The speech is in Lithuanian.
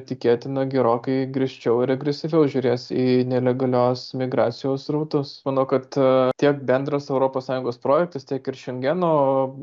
tikėtina gerokai griežčiau ir agresyviau žiūrės į nelegalios migracijos srautus manau kad tiek bendras europos sąjungos projektas tiek ir šengeno